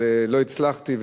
אבל לא הצלחתי,